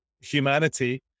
humanity